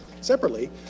Separately